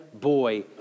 boy